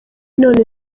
none